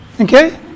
Okay